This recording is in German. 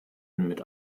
mit